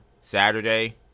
Saturday